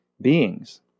beings